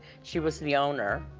she was the owner.